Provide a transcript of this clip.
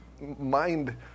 mind